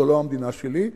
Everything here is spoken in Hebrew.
זאת לא המדינה שלי.